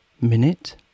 minute